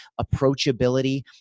approachability